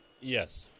Yes